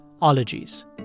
Ologies